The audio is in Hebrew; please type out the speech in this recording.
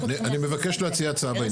אני מבקש להציע הצעה בעניין הזה.